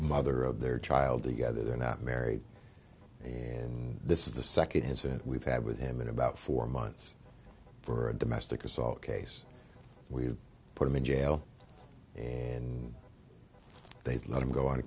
mother of their child together they're not married and this is the second incident we've had with him in about four months for a domestic assault case we have put him in jail and they'd let him go